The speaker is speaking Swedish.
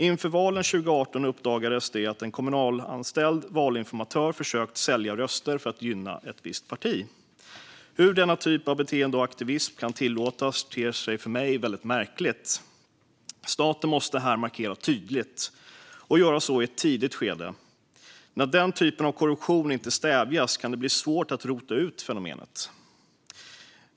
Inför valen 2018 uppdagades det att en kommunalanställd valinformatör försökt sälja röster för att gynna ett visst parti. Att denna typ av beteende och aktivism kan tillåtas ter sig för mig väldigt märkligt. Staten måste här markera tydligt och göra så i ett tidigt skede. När denna typ av korruption inte stävjas kan det bli svårt att utrota fenomenet.